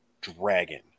dragon